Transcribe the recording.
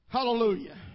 Hallelujah